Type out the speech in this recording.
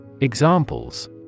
Examples